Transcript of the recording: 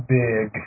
big